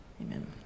Amen